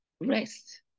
rest